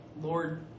Lord